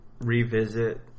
revisit